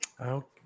Okay